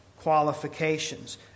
qualifications